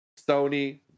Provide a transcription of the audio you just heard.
Sony